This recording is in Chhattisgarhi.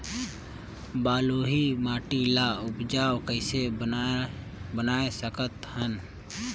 बलुही माटी ल उपजाऊ कइसे बनाय सकत हन?